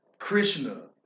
Krishna